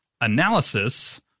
analysis